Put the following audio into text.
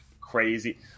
crazy –